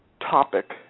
topic